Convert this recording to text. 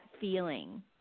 feeling